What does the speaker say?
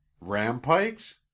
Rampikes